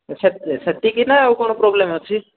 ସେ ସେତିକି ନା ଆଉ କ'ଣ ପ୍ରୋବ୍ଲେମ୍ ଅଛି